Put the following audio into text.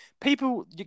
People